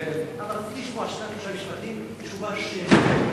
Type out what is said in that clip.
אבל הייתי מבקש לשמוע בשניים-שלושה משפטים את תשובתו שלו.